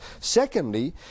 Secondly